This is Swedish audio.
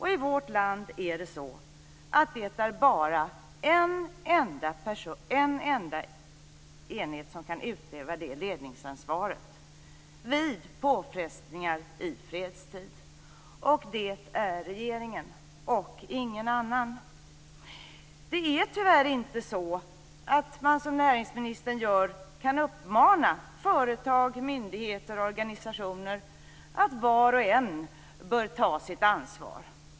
I vårt land är det så att det bara är en enda enhet som kan utöva det ledningsansvaret vid påfrestningar i fredstid. Det är regeringen och ingen annan. Det är tyvärr inte så att man, som näringsministern gör, kan uppmana företag, myndigheter och organisationer att var och en bör ta sitt ansvar.